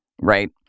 right